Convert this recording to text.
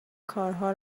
کارها